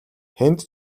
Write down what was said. хэнд